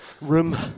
room